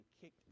kicked